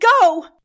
go